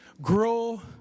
grow